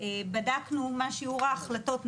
בדקנו מה שיעור ההחלטות,